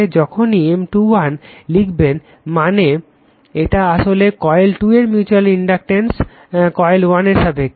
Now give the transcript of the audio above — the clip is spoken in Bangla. যখনই M 2 1 লিখবেন মানে এটা আসলে কয়েল 2 এর মিউচ্যুয়াল ইন্ডাকটেন্স কয়েল 1 এর সাপেক্ষে